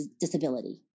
disability